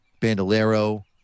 Bandolero